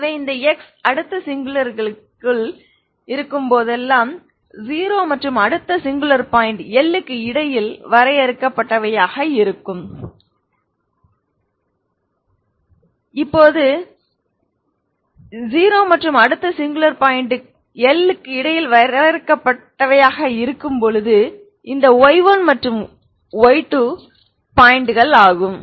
எனவே இந்த x அடுத்த சிங்குலர்க்குள் இருக்கும் போதெல்லாம் 0 மற்றும் அடுத்த சிங்குலர் பாயிண்ட் L க்கு இடையில் வரையறுக்கப்பட்டவையாக இருக்கும் போது இந்த y1 மற்றும் y2 பாயிண்ட் ஆகும்